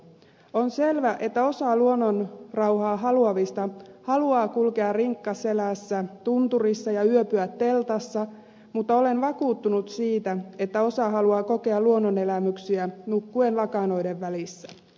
on selvä että osa luonnonrauhaa haluavista haluaa kulkea rinkka selässä tunturissa ja yöpyä teltassa mutta olen vakuuttunut siitä että osa haluaa kokea luonnonelämyksiä nukkuen lakanoiden välissä